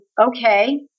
okay